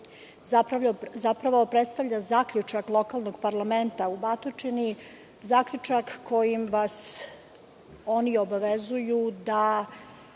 zapravo predstavlja zaključak lokalnog parlamenta u Batočini, zaključak kojim vas oni obavezuju da